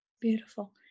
Beautiful